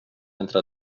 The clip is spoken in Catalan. entre